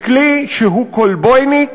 לכלי שהוא כולבויניק